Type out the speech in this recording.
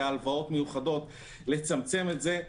בהלוואות מיוחדות לצמצם את זה.